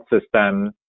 system